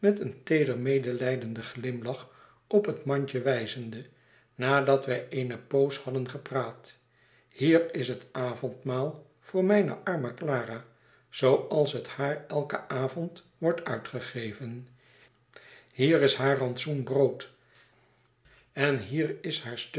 een teeder medelijdenden glimlach op het mandje wijzende nadat wij eene poos hadden gepraat hier is het avondmaal voor mijne arme clara zooals het haar elken avond wordt uitgegeven hier is haar rantsoen brood en hier is